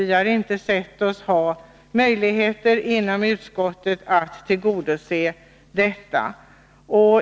Vi har inom utskottet inte ansett oss ha möjligheter att tillgodose detta önskemål.